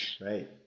Right